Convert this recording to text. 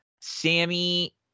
Sammy